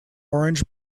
orange